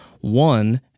one